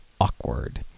awkward